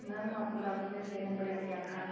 ma'am आपको documents देने पड़ेंगे आधार